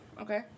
okay